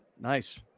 nice